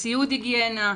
לציוד היגיינה,